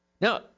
Now